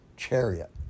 chariot